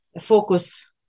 focus